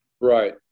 Right